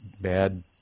bad